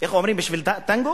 איך אומרים: בשביל טנגו